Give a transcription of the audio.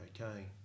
Okay